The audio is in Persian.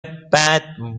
بعد